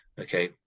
Okay